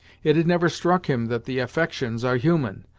it had never struck him that the affections are human,